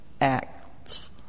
acts